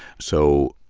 so